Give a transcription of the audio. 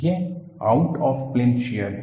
यह out of plane shear है